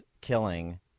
killing